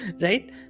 Right